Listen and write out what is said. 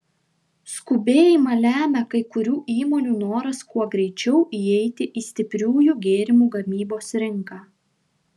skubėjimą lemia kai kurių įmonių noras kuo greičiau įeiti į stipriųjų gėrimų gamybos rinką